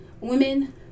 women